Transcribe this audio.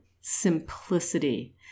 simplicity